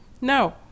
No